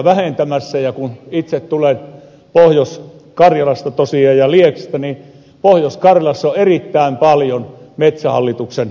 ja kun itse tulen tosiaan pohjois karjalasta lieksasta niin pohjois karjalassa on erittäin paljon metsähallituksen maita